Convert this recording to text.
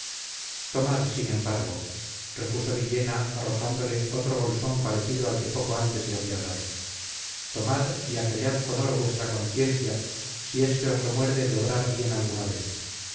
tomad sin embargo repuso villena arrojándole otro bolsón parecido al que poco antes le había dado tomad y acallad con oro vuestra conciencia si es que os remuerde de obrar bien alguna vez